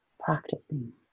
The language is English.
practicing